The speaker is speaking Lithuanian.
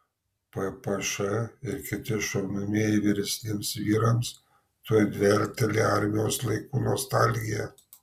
ppš ir kiti šaunamieji vyresniems vyrams tuoj dvelkteli armijos laikų nostalgija